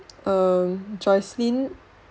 um joycelyn